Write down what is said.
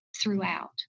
throughout